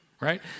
right